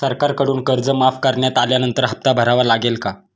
सरकारकडून कर्ज माफ करण्यात आल्यानंतर हप्ता भरावा लागेल का?